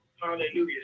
hallelujah